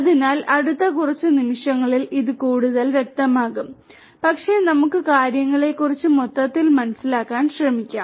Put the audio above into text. അതിനാൽ അടുത്ത കുറച്ച് നിമിഷങ്ങളിൽ ഇത് കൂടുതൽ വ്യക്തമാക്കും പക്ഷേ നമുക്ക് കാര്യങ്ങളെക്കുറിച്ച് മൊത്തത്തിൽ മനസ്സിലാക്കാൻ ശ്രമിക്കാം